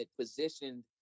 positioned